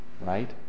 right